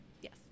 Yes